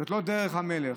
זאת לא דרך המלך.